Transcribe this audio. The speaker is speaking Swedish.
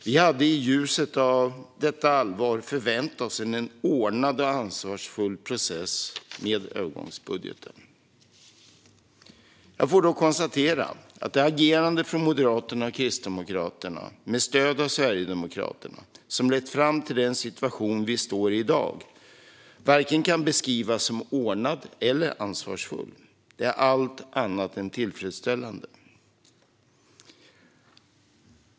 Vi hade i ljuset av detta allvar förväntat oss en ordnad och ansvarsfull process med övergångsbudgeten. Jag får då konstatera att det agerande från Moderaterna och Kristdemokraterna, med stöd av Sverigedemokraterna, som lett fram till den situation vi i dag står i inte kan beskrivas som vare sig ordnat eller ansvarsfullt. Det är allt annat än tillfredsställande.